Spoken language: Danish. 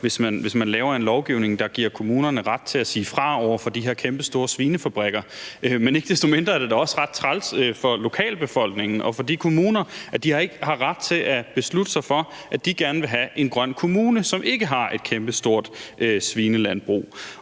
hvis man laver en lovgivning, der giver kommunerne ret til at sige fra over for de her kæmpestore svinefabrikker. Men ikke desto mindre er det da også ret træls for lokalbefolkningen og for de kommuner, at de ikke har ret til at beslutte sig for, at de gerne vil have en grøn kommune, som ikke har et kæmpestort svinelandbrug.